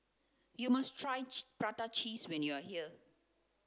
You must try prata cheese when you are here